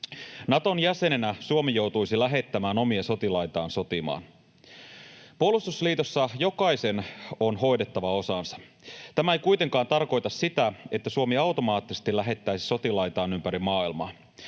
Naton jäsenenä Suomi joutuisi lähettämään omia sotilaitaan sotimaan. — Puolustusliitossa jokaisen on hoidettava osansa. Tämä ei kuitenkaan tarkoita sitä, että Suomi automaattisesti lähettäisi sotilaitaan ympäri maailmaa.